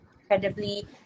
incredibly